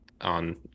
on